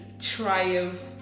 triumph